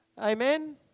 Amen